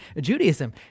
Judaism